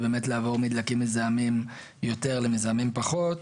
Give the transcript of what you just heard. לעבור מדלקים מזהמים יותר למזהמים פחות,